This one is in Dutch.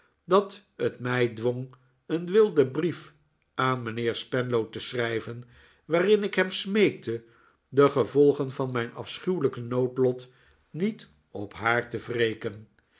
dat het mij dwong een wilden brief aan mijnheer spenlow te schrijven waarin ik hem smeekte de gevolgen van mijn afschuwelijke noodlot niet op haar te